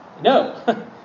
No